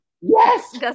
Yes